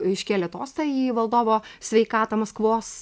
iškėlė tostą į valdovo sveikatą maskvos